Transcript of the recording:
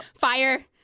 Fire